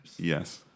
Yes